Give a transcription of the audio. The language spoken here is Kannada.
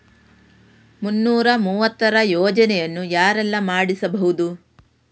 ಮುನ್ನೂರ ಮೂವತ್ತರ ಯೋಜನೆಯನ್ನು ಯಾರೆಲ್ಲ ಮಾಡಿಸಬಹುದು?